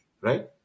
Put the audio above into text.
right